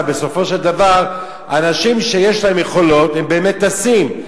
בסופו של דבר אנשים שיש להם יכולות באמת טסים,